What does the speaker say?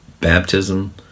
baptism